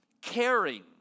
caring